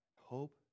Hope